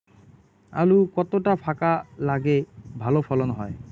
আলু কতটা ফাঁকা লাগে ভালো ফলন হয়?